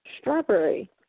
strawberry